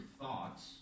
thoughts